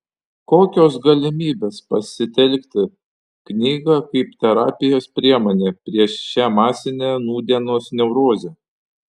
kokios galimybės pasitelkti knygą kaip terapijos priemonę prieš šią masinę nūdienos neurozę